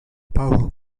power